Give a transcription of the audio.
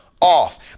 off